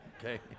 okay